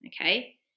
okay